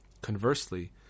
Conversely